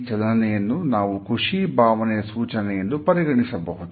ಈ ಚಲನೆಯನ್ನು ನಾವು ಖುಷಿ ಭಾವನೆಯ ಸೂಚನೆ ಎಂದು ಪರಿಗಣಿಸಬಹುದು